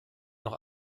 noch